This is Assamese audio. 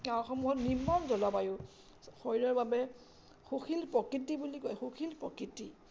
গাঁওসমূহত নিৰ্মল জলবায়ু শৰীৰৰ বাবে সুশীল প্ৰকৃতি বুলি কয় সুশীল প্ৰকৃতি